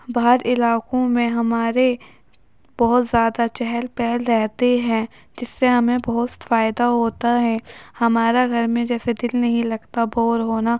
بعض علاقوں میں ہمارے بہت زیادہ چہل پہل رہتے ہیں جس سے ہمیں بہت فائدہ ہوتا ہے ہمارا گھر میں جیسے دل نہیں لگتا بور ہونا